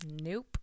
nope